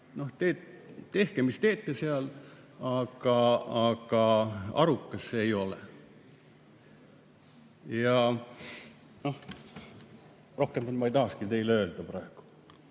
tehke, mis teete seal, aga arukas see ei ole. Rohkem ma ei tahakski teile öelda praegu.